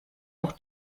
auch